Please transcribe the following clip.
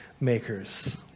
makers